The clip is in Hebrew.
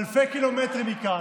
אלפי קילומטרים מכאן,